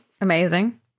Amazing